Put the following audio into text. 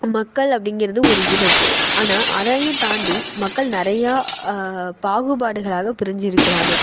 மக்கள் அப்படிங்கிறது ஒரு இனம் ஆனால் அதையும் தாண்டி மக்கள் நிறையா பாகுபாடுகளாக பிரிஞ்சு இருக்கிறாங்க